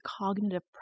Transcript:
cognitive